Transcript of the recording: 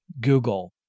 Google